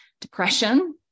depression